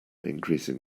increasing